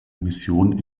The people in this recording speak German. mission